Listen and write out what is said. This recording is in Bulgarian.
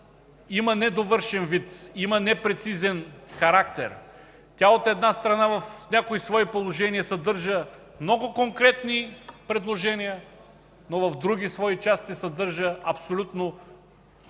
има недовършен вид, има непрецизен характер. От една страна, в някои свои положения съдържа много конкретни предложения, но в други свои части съдържа абсолютно общо формулирани,